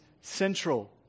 central